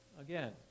again